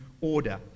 order